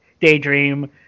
Daydream